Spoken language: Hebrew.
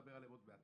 נדבר עליהם עוד מעט,